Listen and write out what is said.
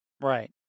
Right